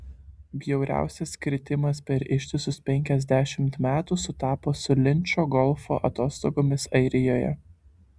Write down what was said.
bjauriausias kritimas per ištisus penkiasdešimt metų sutapo su linčo golfo atostogomis airijoje